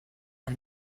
and